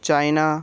China